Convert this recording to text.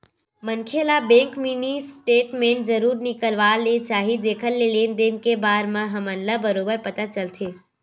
मनखे ल bank mini statement जरूर निकलवा ले चाही जेखर ले लेन देन के बार म हमन ल बरोबर पता चलथे